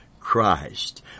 Christ